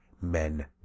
men